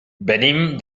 venim